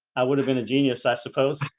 i would have been a genius i suppose